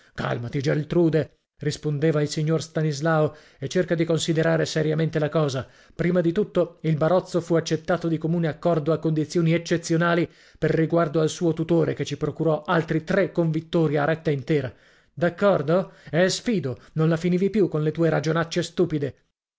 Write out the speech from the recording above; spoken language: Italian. minestra calmati geltrude rispondeva il signor stanislao e cerca di considerare seriamente la cosa prima di tutto il barozzo fu accettato di comune accordo a condizioni eccezionali per riguardo al suo tutore che ci procurò altri tre convittori a retta intera d'accordo e sfido non la finivi più con le tue ragionacce stupide